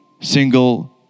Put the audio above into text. single